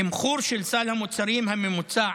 תמחור של סל המוצרים הממוצע